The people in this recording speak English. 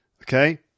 okay